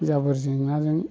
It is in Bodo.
जाबोर जेंनाजों